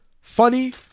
funny